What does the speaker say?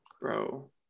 Bro